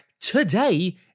today